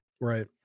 Right